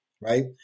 Right